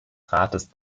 rates